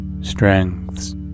strengths